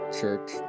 Church